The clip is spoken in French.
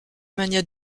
magnat